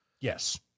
Yes